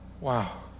wow